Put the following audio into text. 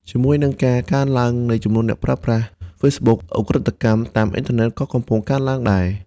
ជាមួយនឹងការកើនឡើងនៃចំនួនអ្នកប្រើប្រាស់ Facebook ឧក្រិដ្ឋកម្មតាមអ៊ីនធឺណិតក៏កំពុងកើនឡើងដែរ។